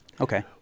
Okay